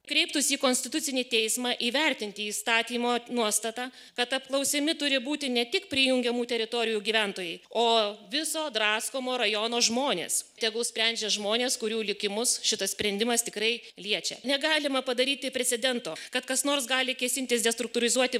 kreiptųsi į konstitucinį teismą įvertinti įstatymo nuostatą kad apklausiami turi būti ne tik prijungiamų teritorijų gyventojai o viso draskomo rajono žmonės tegul sprendžia žmonės kurių likimus šitas sprendimas tikrai liečia negalima padaryti precedento kad kas nors gali kėsintis destruktūrizuoti